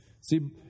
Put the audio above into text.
See